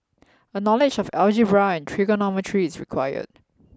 a knowledge of algebra and trigonometry is required